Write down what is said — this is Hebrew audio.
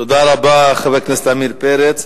תודה רבה, חבר הכנסת עמיר פרץ.